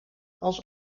als